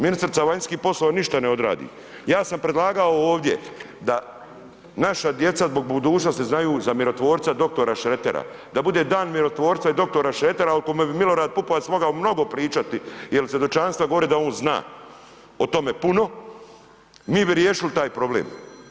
Ministrica vanjskih poslova ništa ne odradi, ja sam predlagao ovdje da naša djeca zbog budućnosti znaju za mirotvorca dr. Šrekera, da bude dan mirotvorca i dr. Šretera o kome bi Milorad Pupovac mogao mnogo pričati jel svjedočanstva govore da on zna o tome puno, mi bi riješili taj problem.